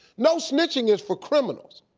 no snitching is for criminals.